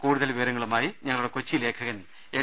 കൂടുതൽ വിവരങ്ങളുമായി ഞങ്ങളുടെ കൊച്ചി ലേഖകൻ എൻ